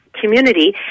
community